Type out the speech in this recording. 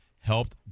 helped